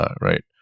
right